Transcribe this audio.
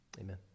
Amen